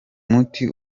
muti